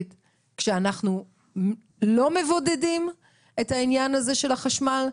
ספציפית כשאנחנו לא מבודדים את העניין הזה של החשמל?